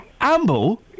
Amble